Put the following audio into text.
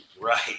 Right